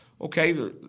Okay